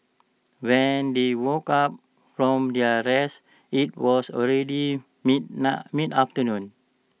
when they woke up from their rest IT was already mid mid afternoon